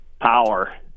power